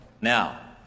Now